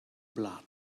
blood